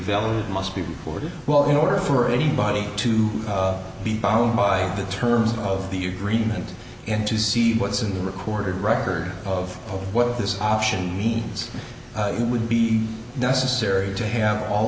valid must be order well in order for anybody to be bound by the terms of the agreement and to see what's in the recorded record of what this option means it would be necessary to have all